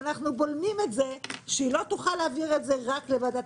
ואנחנו בולמים את זה שהיא לא תוכל להעביר את זה רק לוועדת